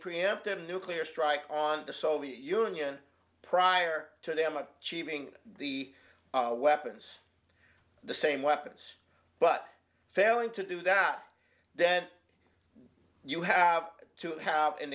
preemptive nuclear strike on the soviet union prior to them of cheating the weapons the same weapons but failing to do that then you have to have a